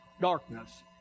darkness